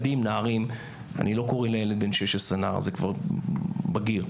אני לא קורא לילד בן 16 ילד, זה כבר נער בגיר.